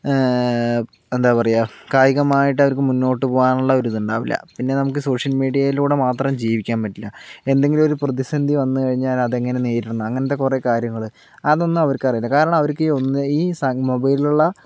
എന്താ പറയുക കായികമായിട്ട് അവർക്ക് മുന്നോട്ട് പോകാനുള്ള ഒരു ഇത് ഉണ്ടാകില്ല പിന്നെ നമുക്ക് സോഷ്യൽ മീഡിയയിലൂടെ മാത്രം ജീവിക്കാൻ പറ്റില്ല എന്തെങ്കിലും ഒരു പ്രതിസന്ധി വന്നു കഴിഞ്ഞാൽ അത് എങ്ങനെ നേരിടണമെന്ന് അങ്ങനത്തെ കുറെ കാര്യങ്ങൾ അതൊന്നും അവർക്കറിയില്ല കാരണം അവർക്ക് ഈ ഒന്ന് ഈ മൊബൈലിൽ ഉള്ള